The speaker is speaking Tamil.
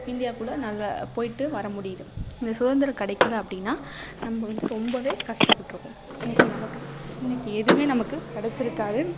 இந்தியா கூட நல்ல போயிட்டு வரமுடியுது இந்த சுதந்திரம் கிடைக்கல அப்படின்னா நம்ம வந்து ரொம்பவே கஸ்டப்பட்டுருப்போம் இன்னக்கு நமக்கு இன்னக்கு எதுவுமே நமக்கு கிடச்சிருக்காது